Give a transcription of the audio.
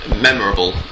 memorable